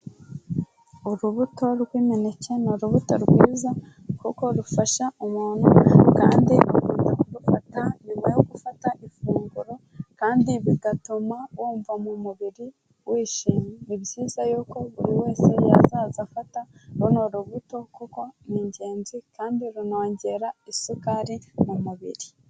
Urubuto rw'umuneke ni urubuto rwiza kuko rufasha umuntu kandi akunda kurufata nyuma yo gufata ifunguro, kandi bigatuma wumva mu mubiri wishimye, ni byiza yuko buri wese yazajya afata runo rubuto kuko ni ingenzi kandi runongera isukari mu mubiri.